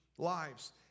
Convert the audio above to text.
Lives